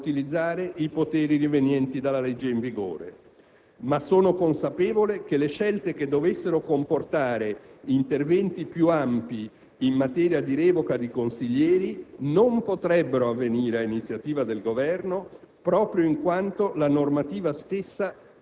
non si rinuncerà da parte dell'azionista a utilizzare i poteri rivenienti dalla legge in vigore, ma sono consapevole che le scelte che dovessero comportare interventi più ampi in materia di revoca di consiglieri non potrebbero avvenire a iniziativa del Governo,